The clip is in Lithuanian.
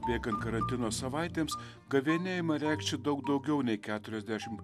bėgant karantino savaitėms gavėnia ima reikšti daug daugiau nei keturiasdešim